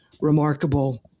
remarkable